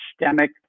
systemic